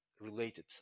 related